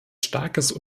starkes